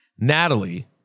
Natalie